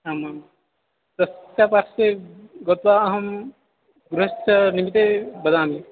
आमां तस्य पार्श्वे ग् गत्वा अहं गृहस्य निमित्तं वदामि